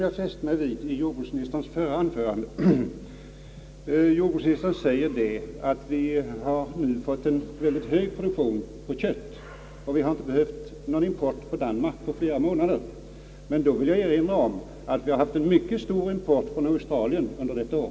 Jag fäste mig vid en passus i jordbruksministerns förra anförande, där han sade att vi har fått en sådan köttproduktion att vi inte har behövt importera från Danmark på flera månader. Jag vill då erinra om att vi har haft en mycket stor import från Australien under detta år.